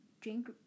drink